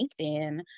LinkedIn